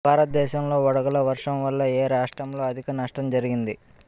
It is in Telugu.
భారతదేశం లో వడగళ్ల వర్షం వల్ల ఎ రాష్ట్రంలో అధిక నష్టం జరిగింది?